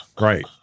right